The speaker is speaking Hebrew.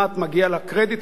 ומגיע לה קרדיט על כך,